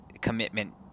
commitment